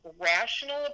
rational